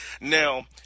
Now